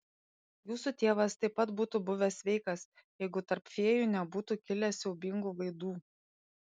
jūsų tėvas taip pat būtų buvęs sveikas jeigu tarp fėjų nebūtų kilę siaubingų vaidų